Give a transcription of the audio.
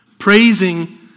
Praising